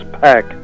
pack